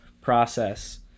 process